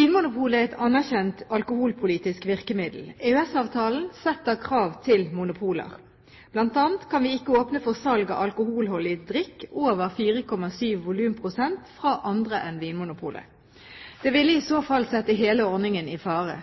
er et anerkjent alkoholpolitisk virkemiddel. EØS-avtalen setter krav til monopoler. Blant annet kan vi ikke åpne for salg av alkoholholdig drikk over 4,7 volumprosent fra andre enn Vinmonopolet. Det ville i så fall sette hele ordningen i fare.